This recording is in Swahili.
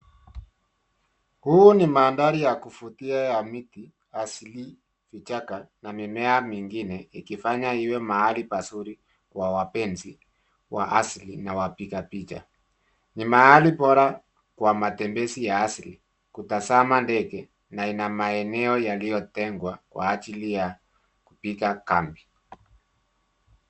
Huu ni mandhari ya kuvutia ya miti asili, vichaka na mimea mingine ikifanya iwe mahali pazuri kwa wapenzi wa asili na wapiga picha. Ni mahali bora kwa matembezi ya asili, kutazama ndege na ina maeneo yaliyotengwa kwa ajili ya kupiga kambi.